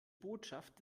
botschaft